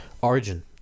origin